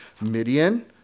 Midian